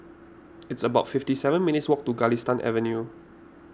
it's about fifty seven minutes' walk to Galistan Avenue